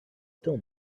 still